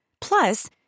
Plus